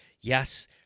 Yes